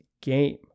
game